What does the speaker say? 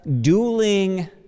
dueling